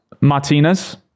Martinez